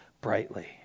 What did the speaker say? brightly